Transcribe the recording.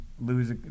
lose